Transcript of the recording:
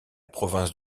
province